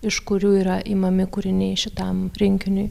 iš kurių yra imami kūriniai šitam rinkiniui